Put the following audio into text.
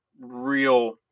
real